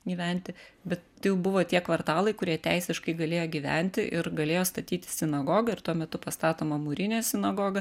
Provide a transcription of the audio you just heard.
gyventi bet tai jau buvo tie kvartalai kur jie teisiškai galėjo gyventi ir galėjo statyti sinagogą ir tuo metu pastatoma mūrinė sinagoga